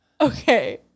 okay